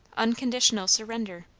unconditional surrender.